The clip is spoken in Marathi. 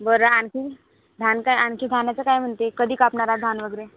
बरं आणखीन् धान काय आणखी धानाचं काय म्हणते कधी कापणार आहे धान वगैरे